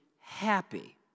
happy